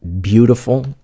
beautiful